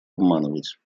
обманывать